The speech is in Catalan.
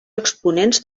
exponents